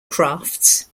crafts